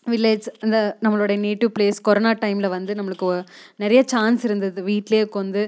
village அந்த நம்மளோட native place corona டைமில் வந்து நம்மளுக்கு நிறையா சான்ஸ் இருந்தது